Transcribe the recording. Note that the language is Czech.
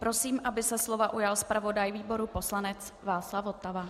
Prosím, aby se slova ujal zpravodaj výboru poslanec Václav Votava.